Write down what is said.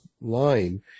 line